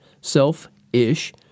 self-ish